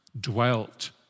dwelt